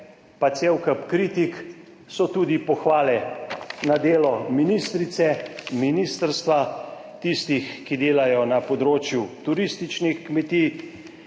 pa cel kup kritik, so tudi pohvale na delo ministrice, ministrstva, tistih, ki delajo na področju turističnih kmetij.